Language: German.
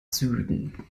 süden